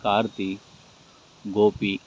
Karthi Gopi